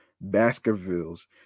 Baskervilles